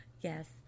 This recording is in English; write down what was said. Yes